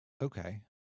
Okay